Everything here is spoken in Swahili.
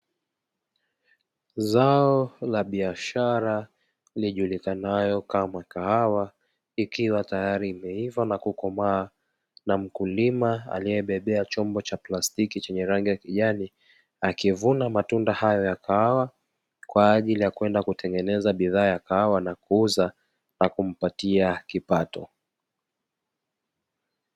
Zao la biashara lijulikanayo kama kahawa, ikiwa tayari imeiva na kukomaa na mkulima aliyebebea chombo cha plastiki chenye rangi ya kijani, akivuna matunda hayo ya kahawa kwa ajili ya kwenda kutengeneza bidhaa ya kahawa na kuuza na kumpatia kipato.